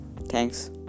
Thanks